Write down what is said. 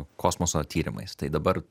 kosmoso tyrimais tai dabar